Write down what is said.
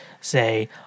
say